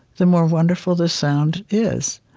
the more wonderful the sound is.